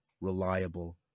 reliable